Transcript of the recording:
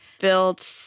Built